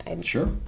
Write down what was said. sure